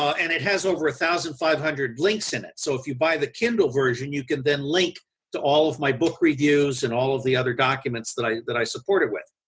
and it has over a thousand five hundred links in it, so, if you buy the kindle version, you can then link to all of my book reviews and all of the other documents that i that i support it with.